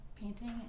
painting